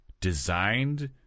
designed